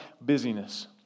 busyness